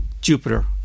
Jupiter